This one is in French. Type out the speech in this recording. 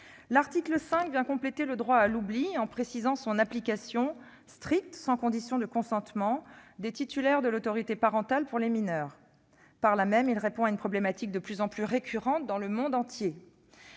L'article 5 vient compléter le droit à l'oubli en précisant son application stricte, sans condition de consentement des titulaires de l'autorité parentale, pour les mineurs. Par là même, il répond à une problématique de plus en plus récurrente dans le monde entier.